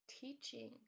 teaching